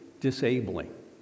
disabling